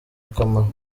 akamaro